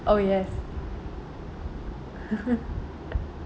oh yes